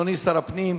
אדוני שר הפנים